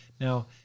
Now